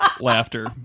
laughter